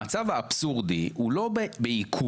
המצב האבסורדי הוא לא בעיכוב.